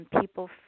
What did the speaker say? People